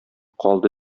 калды